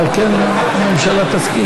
אולי הממשלה תסכים.